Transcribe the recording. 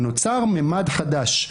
נוצר ממד חדש.